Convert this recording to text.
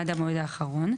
תוכנית בינוי.